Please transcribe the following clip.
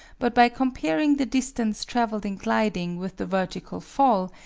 but by comparing the distance traveled in gliding with the vertical fall,